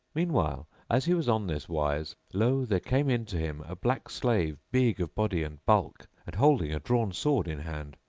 meanwhile as he was on this wise, lo! there came in to him a black slave big of body and bulk and holding a drawn sword in hand,